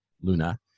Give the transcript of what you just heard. Luna